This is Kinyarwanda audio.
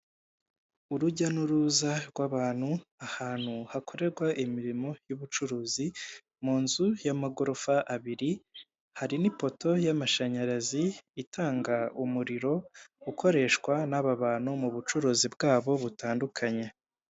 Urujya n'uruza rw'abantu ahantu hakorerwa imirimo y'ubucuruzi mu nzu y'amagorofa abiri hari n'ipoto y'amashanyarazi itanga umuriro ukoreshwa n'aba bantu mu bucuruzi bwabo butandukanye.